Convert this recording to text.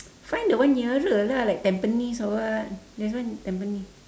find the one nearer lah like tampines or what there's one tampines